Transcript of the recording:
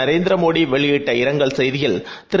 நரேந்திரமோடிவெளியிட்டஇரங்கல்செய்தியில் திரு